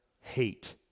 hate